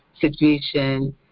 situation